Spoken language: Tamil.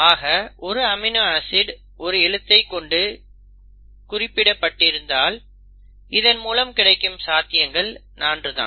ஆக ஒரு அமினோ ஆசிட் ஒரு எழுத்தைக் கொண்டு குறிப்பிடப்பட்டிருந்தால் இதன் மூலம் கிடைக்கும் சாத்தியங்கள் 4 தான்